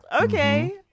okay